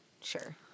sure